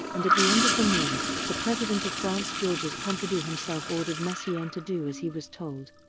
and at the end of the meal, the president of france georges pompidou himself ordered messiaen to do as he was told.